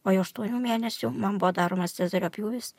o jau aštuonių mėnesių man buvo daromas cezario pjūvis